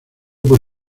por